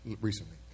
recently